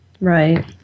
Right